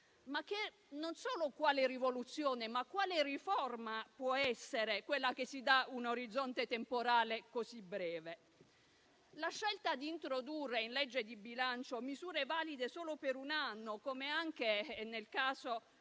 2024. Non solo quale rivoluzione, ma quale riforma può essere quella che si dà un orizzonte temporale così breve? La scelta di introdurre in legge di bilancio misure valide solo per un anno, come anche nel caso